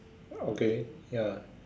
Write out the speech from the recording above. okay ya